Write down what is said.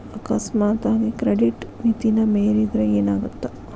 ಅಕಸ್ಮಾತಾಗಿ ಕ್ರೆಡಿಟ್ ಮಿತಿನ ಮೇರಿದ್ರ ಏನಾಗತ್ತ